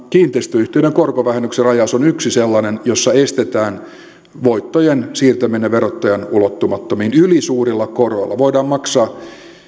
kiinteistöyhtiöiden korkovähennyksen rajaus on yksi sellainen jossa estetään voittojen siirtäminen verottajan ulottumattomiin ylisuurilla koroilla voidaan maksaa